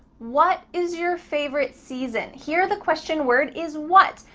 what is your favorite season? here the question word is what.